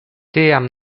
tiam